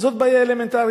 זאת בעיה אלמנטרית.